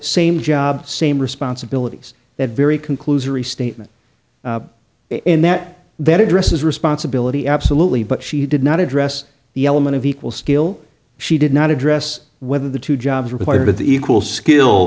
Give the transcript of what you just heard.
same job same responsibilities that very conclusory statement in that that addresses responsibility absolutely but she did not address the element of equal skill she did not address whether the two jobs required of the equal skill